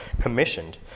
commissioned